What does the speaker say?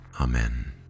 Amen